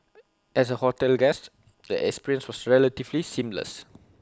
as A hotel guest the experience was relatively seamless